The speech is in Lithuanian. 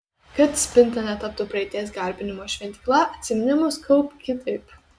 kad spinta netaptų praeities garbinimo šventykla atsiminimus kaupk kitaip